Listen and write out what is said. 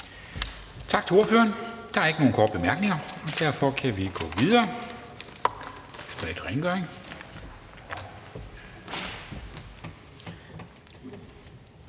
Tak til ordføreren. Der er ikke nogen korte bemærkninger, og derfor kan vi efter